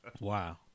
Wow